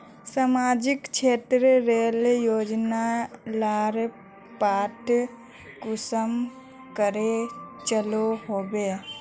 सामाजिक क्षेत्र रेर योजना लार पता कुंसम करे चलो होबे?